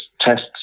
tests